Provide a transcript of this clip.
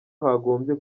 hagombye